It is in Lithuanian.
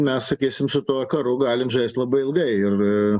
mes sakysim su tuo karu galim žaist labai ilgai ir